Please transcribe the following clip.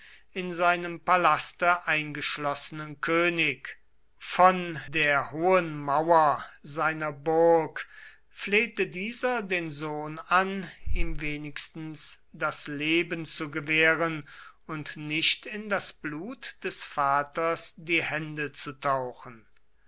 in seinem palaste eingeschlossenen könig von der hohen mauer seiner burg flehte dieser den sohn an ihm wenigstens das leben zu gewähren und nicht in das blut des vaters die hände zu tauchen